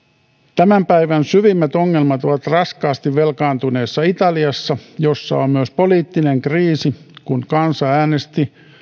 tämän päivän syvimmät ongelmat ovat raskaasti velkaantuneessa italiassa jossa on on myös poliittinen kriisi kun kansa äänesti